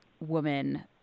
woman